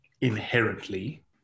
inherently